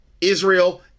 Israel